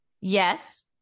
Yes